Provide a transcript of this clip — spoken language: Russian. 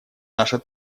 наша